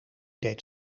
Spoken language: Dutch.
deed